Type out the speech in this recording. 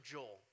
Joel